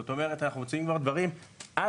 זאת אומרת אנחנו מוציאים כבר דברים על